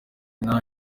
nta